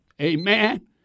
Amen